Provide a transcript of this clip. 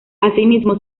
asimismo